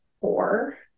four